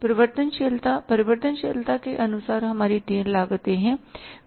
परिवर्तनशीलता परिवर्तनशीलता के अनुसार हमारी तीन लागतें हैं